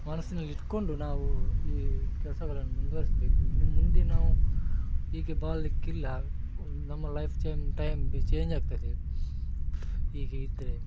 ಮನಸ್ಸಿನಲ್ಲಿಟ್ಟುಕೊಂಡು ನಾವು ಈ ಕೆಲಸಗಳನ್ನು ಮುಂದುವರೆಸಬೇಕು ಇನ್ನು ಮುಂದೆ ನಾವು ಹೀಗೆ ಬಾಳಲಿಕ್ಕಿಲ್ಲ ನಮ್ಮ life chime time be change ಆಗ್ತದೆ ಹೀಗೆ ಇದ್ದರೆ